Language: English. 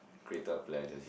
greater pleasures